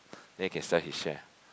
then he can sell his share